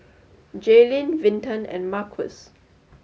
Jaelynn Vinton and Marquis